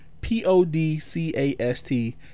P-O-D-C-A-S-T